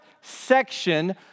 section